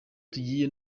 tugiye